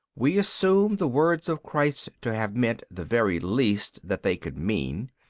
we assume the words of christ to have meant the very least that they could mean,